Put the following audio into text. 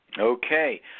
Okay